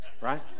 right